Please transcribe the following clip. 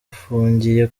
afungiye